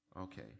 Okay